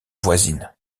voisines